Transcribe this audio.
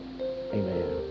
amen